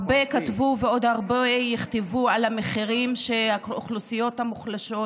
הרבה כתבו ועוד הרבה יכתבו על המחירים שהאוכלוסיות המוחלשות